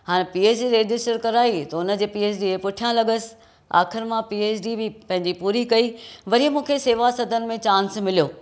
हाणे P H D register कराई त हुन जे पी एच डी जे पुठियां लॻियसि आख़िरि मां पी एच डी बि पंहिंजी पूरी कई वरी मूंखे शेवा सदन में चांस मिलियो